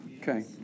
Okay